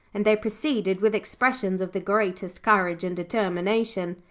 and they proceeded with expressions of the greatest courage and determination.